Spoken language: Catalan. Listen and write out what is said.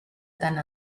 tant